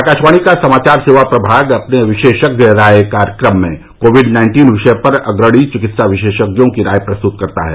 आकाशवाणी का समाचार सेवा प्रभाग अपने विशेषज्ञ राय कार्यक्रम में कोविड नाइन्टीन विषय पर अग्रणी चिकित्सा विशेषज्ञों की राय प्रस्तुत करता है